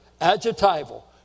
adjectival